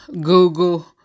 Google